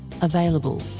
available